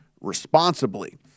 responsibly